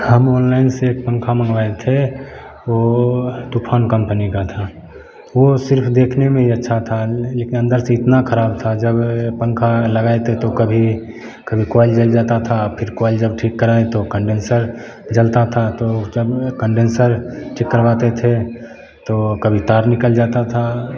हम ऑनलाइन से पंखा मंगवाए थे वह तूफ़ान कंपनी का था वो सिर्फ़ देखने में ही अच्छा था लेकिन अंदर से इतना ख़राब था जब पंखा लगाए थे तो कभी कभी कोइल जल जाता था फिर कोइल जब ठीक कराए तो कंडेंसर जलता था तो उस टाइम कंडेनसर चेक करवाते थे तो कभी तार निकल जाता था